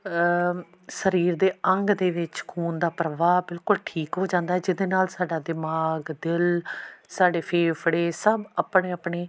ਸਰੀਰ ਦੇ ਅੰਗ ਦੇ ਵਿੱਚ ਖੂਨ ਦਾ ਪ੍ਰਵਾਹ ਬਿਲਕੁਲ ਠੀਕ ਹੋ ਜਾਂਦਾ ਜਿਹਦੇ ਨਾਲ ਸਾਡਾ ਦਿਮਾਗ ਦਿਲ ਸਾਡੇ ਫੇਫੜੇ ਸਭ ਆਪਣੇ ਆਪਣੇ